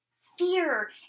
fear